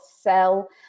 sell